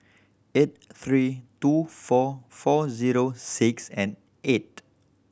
eight three two four four zero six and eight